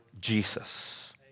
Jesus